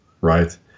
right